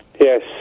Yes